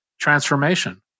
transformation